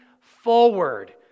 Forward